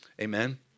Amen